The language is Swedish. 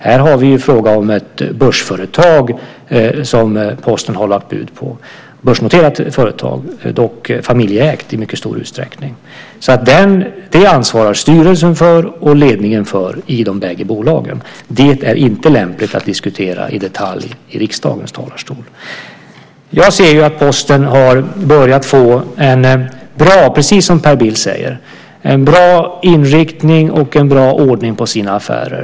Här är det fråga om ett börsnoterat företag som Posten har lagt bud på, dock familjeägt i mycket stor utsträckning. Det ansvarar styrelsen och ledningen för i de bägge bolagen. Det är inte lämpligt att i detalj diskutera det i riksdagens talarstol. Jag ser att Posten har börjat få en bra, precis om Per Bill säger, inriktning och en bra ordning på sina affärer.